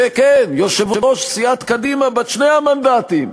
וכן, יושב-ראש סיעת קדימה, בת שני המנדטים,